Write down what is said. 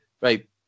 right